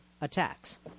attacks